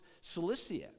Cilicia